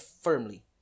firmly